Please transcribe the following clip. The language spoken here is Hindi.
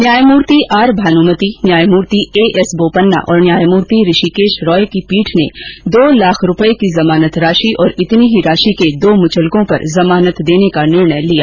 न्यायमूर्ति आर भान्मति न्यायमूर्ति एं एस बोपन्ना और न्यायमूर्ति हृषिकेश रॉय की पीठ ने दो लाख रुपये की जमानत राशि और इतनी ही राशि के दो मुचलकों पर जमानत देने का निर्णय लिया